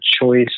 choice